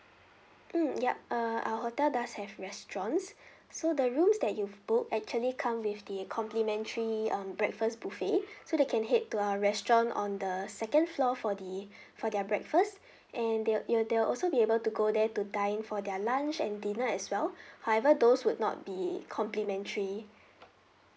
mm yup uh our hotel does have restaurants so the rooms that you book actually come with the complimentary um breakfast buffet so they can head to our restaurant on the second floor for the for their breakfast and they'll they will also be able to go there to dine for their lunch and dinner as well however those would not be complimentary